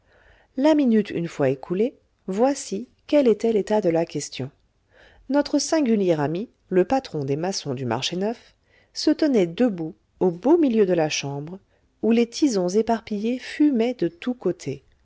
la minute une fois écoulée voici quel était l'état de la question notre singulier ami le patron des maçons du marché neuf se tenait debout au beau milieu de la chambre où les tisons éparpillés fumaient de tous côtés